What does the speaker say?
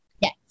Yes